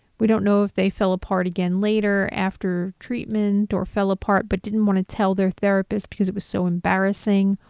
we don't know if they fell apart again later, after treatment or fell apart but didn't want to tell their therapist because it was so embarrassing,